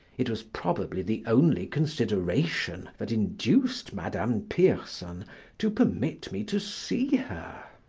it was probably the only consideration that induced madame pierson to permit me to see her.